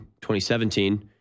2017